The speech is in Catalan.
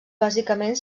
bàsicament